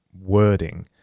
wording